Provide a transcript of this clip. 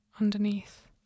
underneath